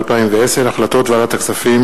וכשאין חקלאות ועוקרים